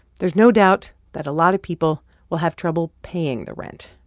there's no doubt that a lot of people will have trouble paying the rent.